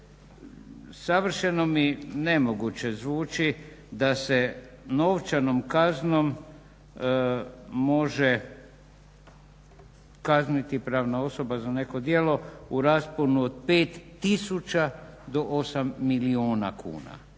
Savršeno mi nemoguće zvuči da se novčanom kaznom može kazniti pravna osoba za neko djelo u rasponu od 5 tisuća do 8 milijuna kuna